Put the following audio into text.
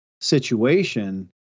situation